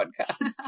podcast